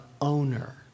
owner